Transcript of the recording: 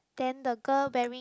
then the girl wearing